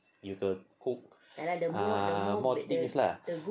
you can cook ah more things lah